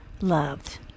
loved